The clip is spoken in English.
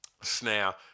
snare